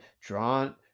drawn